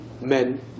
men